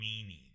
meaning